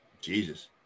Jesus